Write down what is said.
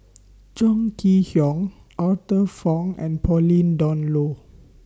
Chong Kee Hiong Arthur Fong and Pauline Dawn Loh